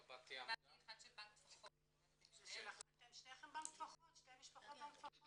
קיבלתי אחד של בנק טפחות.\ שתי המשפחות בנק טפחות?